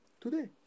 today